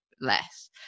less